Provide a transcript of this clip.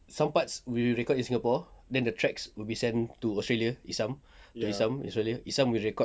some parts we record it in singapore then the tracks will be sent to australia esam esam australia esam will record